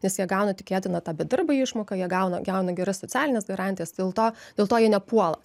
nes jie gauna tikėtina tą bedarbio išmoką jie gauna giauna geras socialines garantijas dėl to dėl to jie nepuola